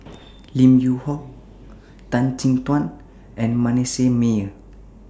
Lim Yew Hock Tan Chin Tuan and Manasseh Meyer